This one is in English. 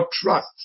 trust